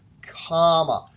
comma.